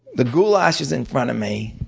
the goulash is in front of me.